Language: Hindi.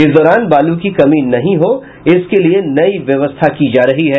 इस दौरान बालू की कमी नहीं हो इसके लिये नई व्यवस्था की जा रही है